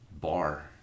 bar